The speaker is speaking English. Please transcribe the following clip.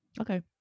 Okay